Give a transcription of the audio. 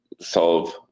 solve